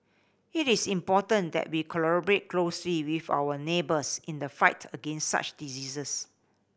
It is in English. it is important that we collaborate closely with our neighbours in the fight against such diseases